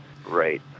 Right